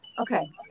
Okay